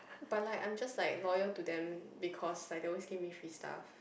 but like I'm just like loyal to them because they always give me free stuff